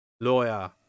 lawyer